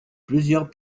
plusieurs